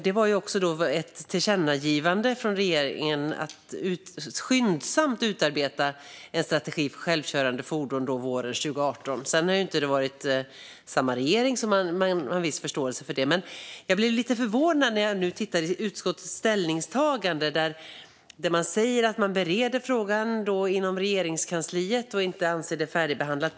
Det fanns också ett tillkännagivande från våren 2018 till regeringen om att skyndsamt utarbeta en strategi för självkörande fordon, men sedan har det inte varit samma regering, så man har en viss förståelse för det. Men jag blev lite förvånad över vad som står i utskottets ställningstagande. Man säger att frågan bereds i Regeringskansliet och att man inte anser den färdigbehandlad.